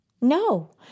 No